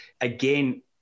again